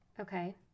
Okay